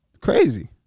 crazy